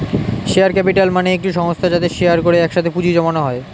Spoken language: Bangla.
শেয়ার ক্যাপিটাল মানে একটি সংস্থা যাতে শেয়ার করে একসাথে পুঁজি জমানো হয়